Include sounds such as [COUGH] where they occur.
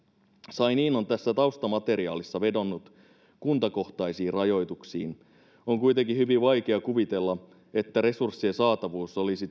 scheinin on tässä taustamateriaalissa vedonnut kuntakohtaisiin rajoituksiin on kuitenkin hyvin vaikea kuvitella että resurssien saatavuus olisi [UNINTELLIGIBLE]